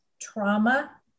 trauma